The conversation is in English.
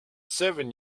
seven